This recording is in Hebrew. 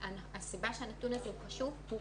הנתון הזה חשוב כי